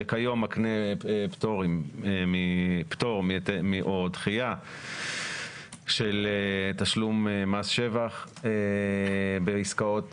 שכיום מקנה פטור או דחייה של תשלום מס שבח בעסקאות